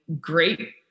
great